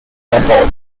airport